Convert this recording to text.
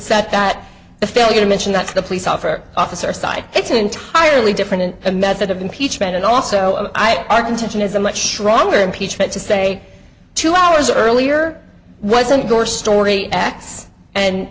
set that the failure to mention that's the police offer officer side it's an entirely different method of impeachment and also i contingent is a much stronger impeachment to say two hours earlier wasn't gore story acts and